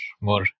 more